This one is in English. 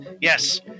Yes